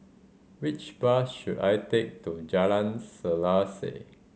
which bus should I take to Jalan Selaseh